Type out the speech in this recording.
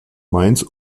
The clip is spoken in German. mainz